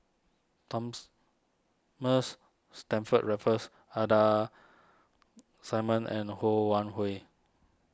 Thomas Mars Stamford Raffles Ida Simmons and Ho Wan Hui